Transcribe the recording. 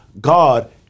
God